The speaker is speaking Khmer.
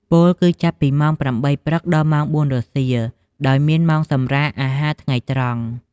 ពោលគឺចាប់ពីម៉ោង៨ ព្រឹក ដល់ម៉ោង ៤ រសៀល ដោយមានម៉ោងសម្រាកអាហារថ្ងៃត្រង់។